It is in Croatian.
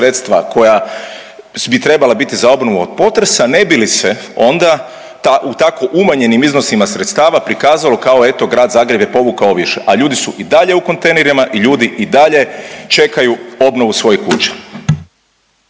koja bi trebala biti za obnovu od potresa, ne bi li se onda tako, u tako umanjenim iznosima sredstava prikazalo kao eto, grad Zagreb je povukao više, a ljudi su i dalje u kontejnerima i ljudi i dalje čekaju obnovu svojih kuća.